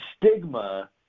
stigma